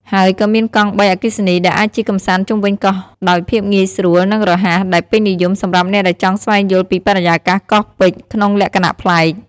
ហើយក៏មានកង់បីអគ្គិសនី ដែលអាចជិះកម្សាន្តជុំវិញកោះដោយភាពងាយស្រួល និងរហ័ស ដែលពេញនិយមសម្រាប់អ្នកដែលចង់ស្វែងយល់ពីបរិយាកាសកោះពេជ្រក្នុងលក្ខណៈប្លែក។